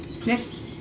Six